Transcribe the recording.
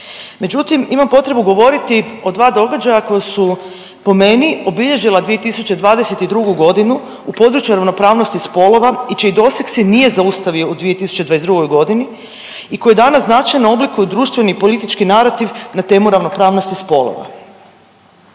Međutim, imam potrebu govoriti o dva događaja koji su po meni obilježila 2022. godinu u području ravnopravnosti spolova i čiji doseg se nije zaustavio u 2022. i koji danas značajno oblikuju društveni i politički narativ na temu ravnopravnosti spolova.